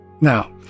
Now